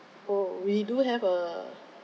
oh we do have a